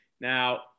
Now